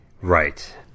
right